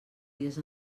dies